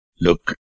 look